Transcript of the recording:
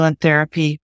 therapy